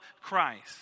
Christ